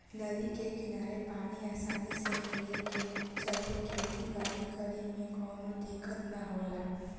नदी के किनारे पानी आसानी से मिले के चलते खेती बारी करे में कवनो दिक्कत ना होला